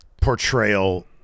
portrayal